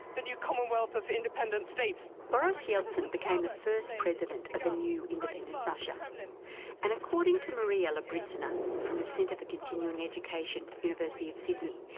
the new commonwealth of independent states. boris yeltsin became the first president of the new independent russia, um and and according to maria lobystyana from the centre for continuing education, university of sydney,